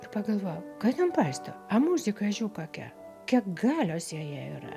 ir pagalvojau ką ten paisto a muzika žiū kokia kiek galios joje yra